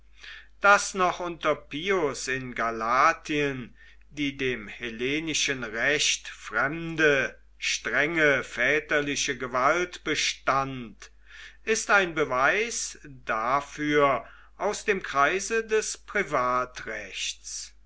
daß noch unter pius in galatien die dem hellenischen recht fremde strenge väterliche gewalt bestand ist ein beweis dafür aus dem kreise des privatrechts